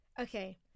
Okay